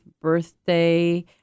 birthday